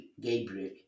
Gabriel